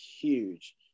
huge